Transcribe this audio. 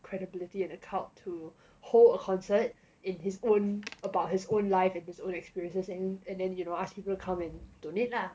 credibility and err clout to hold a concert in his own about his own life and his own experiences and and then you know ask people come and donate lah